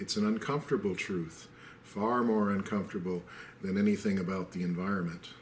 it's an uncomfortable truth far more uncomfortable than anything about the environment